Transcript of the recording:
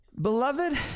Beloved